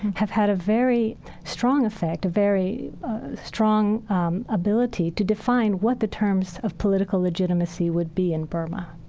have had a very strong effect, a very strong um ability to define what the terms of political legitimacy would be in burma.